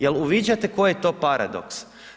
Jel' uviđate koji je to paradoks?